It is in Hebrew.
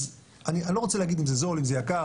אז אני לא רוצה להגיד אם זה זול או יקר,